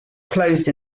closed